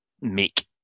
make